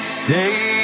stay